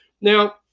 Now